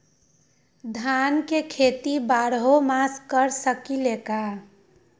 धान के खेती बारहों मास कर सकीले का?